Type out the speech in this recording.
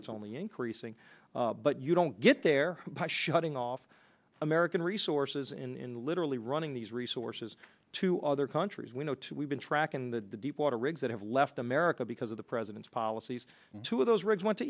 that's only increasing but you don't get there by shutting off american resources in literally running these resources to other countries we know to we've been tracking the deepwater rigs that have left america because of the president's policies two of those rigs went to